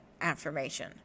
affirmation